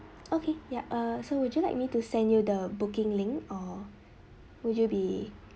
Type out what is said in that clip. okay yup err so would you like me to send you the booking link err would you be